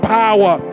power